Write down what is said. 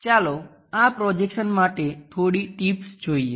ચાલો આ પ્રોજેક્શન માટે થોડી ટીપ્સ જોઈએ